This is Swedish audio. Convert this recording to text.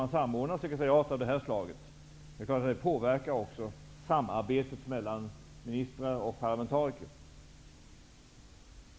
En samordning av detta slag påverkar också samarbetet mellan ministrar och parlamentariker.